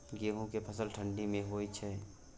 गेहूं के फसल ठंडी मे होय छै?